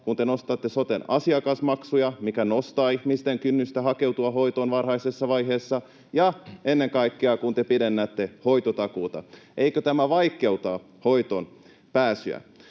kun te nostatte soten asiakasmaksuja, mikä nostaa ihmisten kynnystä hakeutua hoitoon varhaisessa vaiheessa, ja ennen kaikkea kun te pidennätte hoitotakuuta. Eikö tämä vaikeutta hoitoonpääsyä?